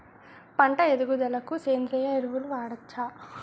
పంట ఎదుగుదలకి సేంద్రీయ ఎరువులు వాడచ్చా?